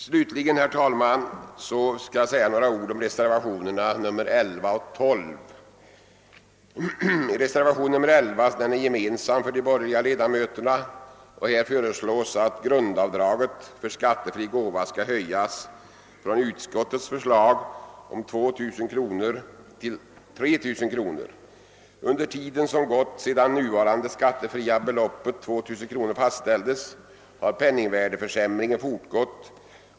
Slutligen, herr talman, skall jag säga några ord om reservationerna 11 och Reservationen 11 är gemensam för de borgerliga ledamöterna. Här föreslås att grundavdraget för skattefri gåva skall höjas från utskottets förslag om 2000 kr. till 3 000 kr. Under tiden som gått sedan det nuvarande skattefria beloppet 2000 kr. fastställdes har penningvärdeförsämringen fortgått.